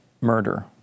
murder